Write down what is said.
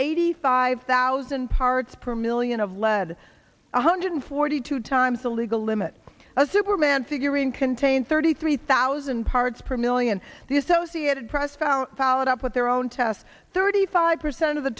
eighty five thousand parts per million of lead one hundred forty two times the legal limit of superman figurine contain thirty three thousand parts per million the associated press found followed up with their own tests thirty five percent of the